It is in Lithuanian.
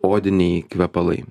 odiniai kvepalai